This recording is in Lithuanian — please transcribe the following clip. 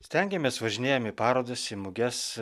stengiamės važinėjam į parodas į muges